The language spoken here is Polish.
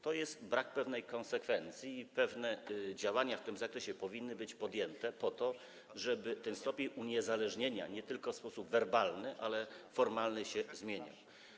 To jest brak konsekwencji i pewne działania w tym zakresie powinny być podjęte po to, żeby ten stopień uniezależnienia nie tylko w sposób werbalny, ale też w sposób formalny się zmieniał.